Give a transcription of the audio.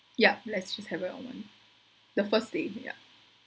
yup let's just have it on one the first day yup